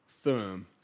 Firm